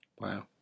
Wow